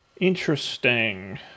Interesting